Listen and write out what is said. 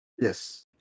yes